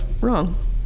wrong